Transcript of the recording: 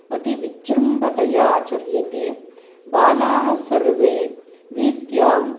अति विजृम्बतया आचर्यते बालाः सर्वे वीथ्यां